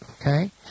okay